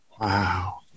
Wow